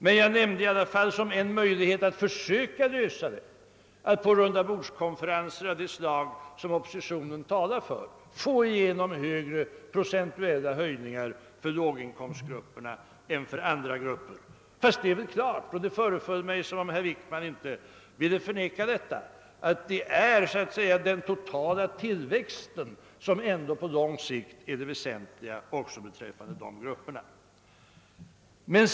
Men jag nämnde i alla fall som en möjlighet att komma till rätta med detta problem, att man på rundabordskonferenser av det slag som oppositionen föreslagit försöker få igenom högre procentuella höjningar för låginkomstgrupperna än för andra grupper. Men det är klart — det föreföll mig som om herr Wickman inte ville förneka det — att det är den totala tillväxten som ändå på lång sikt är det väsentliga även för dessa grupper.